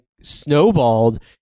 snowballed